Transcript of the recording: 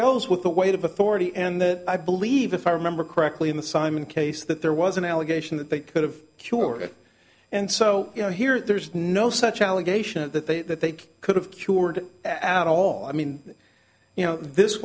goes with the weight of authority and i believe if i remember correctly in the simon case that there was an allegation that they could have cured it and so you know here there's no such allegation that they that they could have cured at all i mean you know this